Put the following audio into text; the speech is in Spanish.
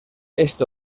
este